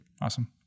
awesome